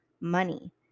money